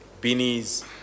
beanies